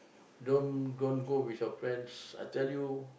don't don't go with your friends I tell you